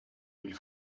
mille